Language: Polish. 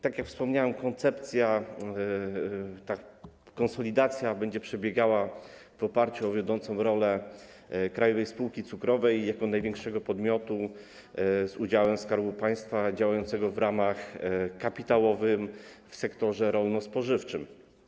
Tak jak wspomniałem, koncepcja, ta konsolidacja będzie przebiegała, opierała się na wiodącej roli Krajowej Spółki Cukrowej jako największego podmiotu z udziałem Skarbu Państwa działającego w ramach kapitałowych w sektorze rolno-spożywczym.